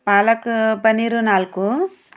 ಪಾಲಕ ಪನ್ನೀರು ನಾಲ್ಕು